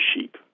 sheep